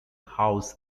house